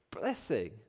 blessing